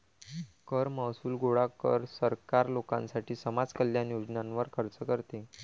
कर महसूल गोळा कर, सरकार लोकांसाठी समाज कल्याण योजनांवर खर्च करते